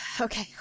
okay